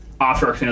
Offshore